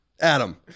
Adam